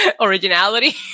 originality